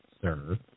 sir